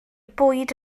bwyd